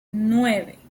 nueve